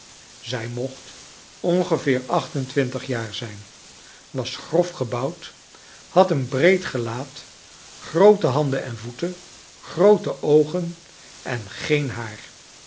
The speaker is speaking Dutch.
zij mocht ongeveer acht en twintig jaar zijn i was grof gebouwd had een breed geiaat groote handen en voeten groote oogen en geen haar